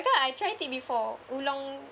because I tried it before oolong